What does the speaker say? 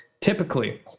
typically